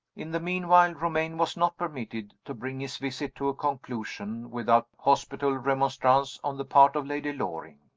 in the meanwhile, romayne was not permitted to bring his visit to a conclusion without hospitable remonstrance on the part of lady loring.